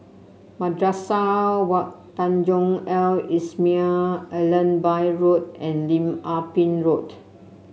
Madrasah Wak Tanjong Al Islamiah Allenby Road and Lim Ah Pin Road